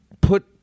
put